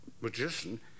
magician